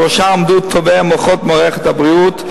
ובראשה עמדו טובי המוחות במערכת הבריאות.